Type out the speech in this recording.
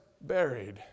buried